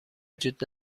وجود